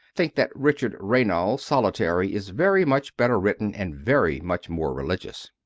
think that richard raynal, solitary is very much better written and very much more religious.